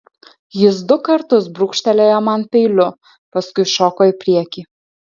jis du kartus brūkštelėjo man peiliu paskui šoko į priekį